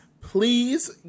please